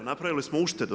Napravili smo uštedu.